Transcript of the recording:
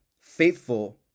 faithful